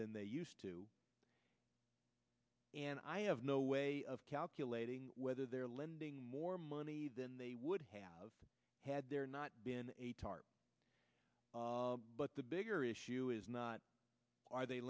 than they used to and i have no way of calculating whether they're lending more money than they would have had there not been a tarp but the bigger issue is not are they